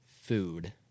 food